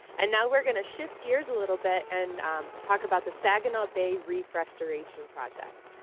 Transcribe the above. and now we're going to shift gears a little bit and talk about the saginaw bay reef restoration project.